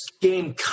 game